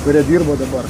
kurie dirbo dabar